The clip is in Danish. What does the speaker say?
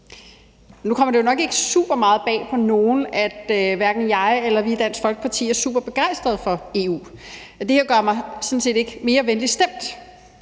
Nu kommer det jo nok ikke super meget bag på nogen, at hverken jeg eller os Dansk Folkeparti er super begejstrede for EU, og det her gør mig sådan set ikke mere venligt stemt,